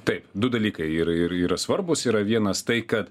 taip du dalykai ir ir yra svarbūs yra vienas tai kad